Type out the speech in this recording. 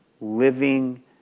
living